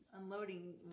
unloading